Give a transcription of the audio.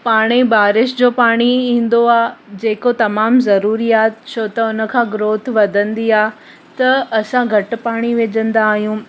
पाणई बारिश जो पाणी ई ईंदो आहे जेको तमामु ज़रूरी आहे छो त उनखां ग्रोथ वधंदी आहे त असां घटि पाणी विझंदा आहियूं